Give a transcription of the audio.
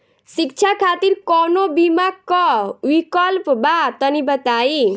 शिक्षा खातिर कौनो बीमा क विक्लप बा तनि बताई?